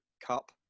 cup